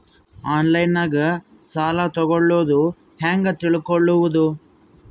ಆನ್ಲೈನಾಗ ಸಾಲ ತಗೊಳ್ಳೋದು ಹ್ಯಾಂಗ್ ತಿಳಕೊಳ್ಳುವುದು?